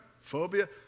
phobia